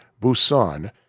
Busan